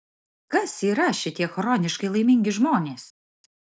kas yra šitie chroniškai laimingi žmonės